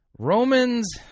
Romans